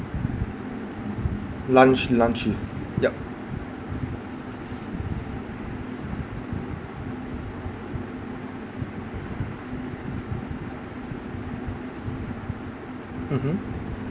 lunch lunch yup mmhmm